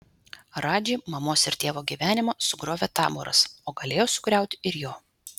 radži mamos ir tėvo gyvenimą sugriovė taboras o galėjo sugriauti ir jo